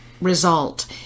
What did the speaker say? result